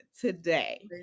today